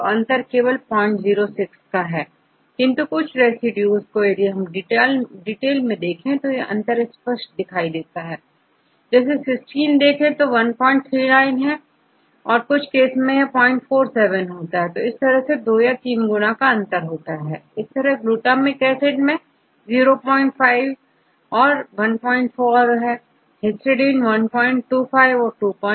यहां पर अंतर केवल0 06 हैकिंतु कुछ रेसिड्यूज यदि आप डिटेल में देखें बहुत अंतर प्रदर्शित करते हैं उदाहरण के तौर पर यदि हम सिस्टीन देखें यह 1 39 है किन्तु इस केस में 0 47 है है इस तरह दो से तीन गुना अंतर है इसी तरह ग्लूटामिक एसिड 0 5 1 4 हिस्टीडीन 1 25 232